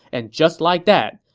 and just like that,